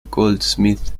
goldsmith